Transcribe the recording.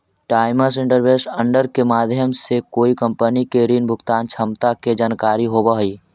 times interest earned के माध्यम से कोई कंपनी के ऋण भुगतान क्षमता के जानकारी होवऽ हई